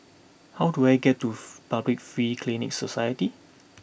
how do I get to Public Free Clinic Society